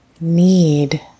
need